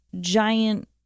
giant